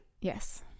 Yes